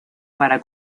para